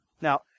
Now